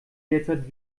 derzeit